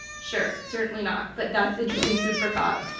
sure, certainly not. but that's interesting food for thought.